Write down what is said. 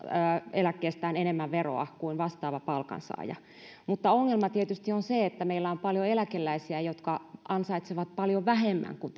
eläkkeestään enemmän veroa kuin vastaava palkansaaja mutta ongelma tietysti on se että meillä on paljon eläkeläisiä jotka ansaitsevat paljon vähemmän kuin